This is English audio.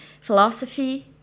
philosophy